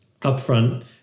upfront